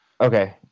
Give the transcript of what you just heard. Okay